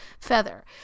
feather